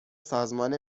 سازمان